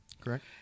Correct